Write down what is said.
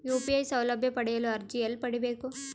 UPI ಸೌಲಭ್ಯ ಪಡೆಯಲು ಅರ್ಜಿ ಎಲ್ಲಿ ಪಡಿಬೇಕು?